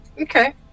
okay